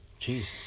Jeez